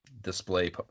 display